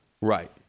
Right